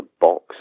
box